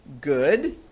Good